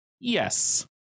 Yes